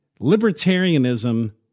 libertarianism